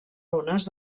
runes